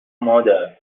مادر